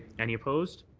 any opposed?